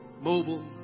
mobile